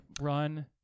run